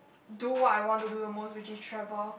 do what I want to do the most which is travel